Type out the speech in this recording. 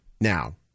now